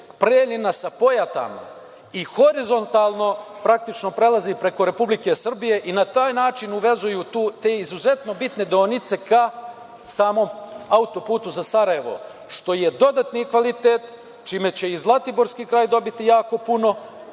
Preljina sa Pojatama i horizontalno praktično prelazi preko Republike Srbije i naj način uvezuju te izuzetno bitne deonice ka samom auto-putu za Sarajevo, što je dodatni kvalitet, čime će i zlatiborski kraj dobiti jako pun,